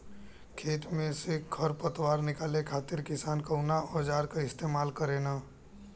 खेत में से खर पतवार निकाले खातिर किसान कउना औजार क इस्तेमाल करे न?